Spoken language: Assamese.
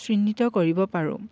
চিহ্নিত কৰিব পাৰোঁ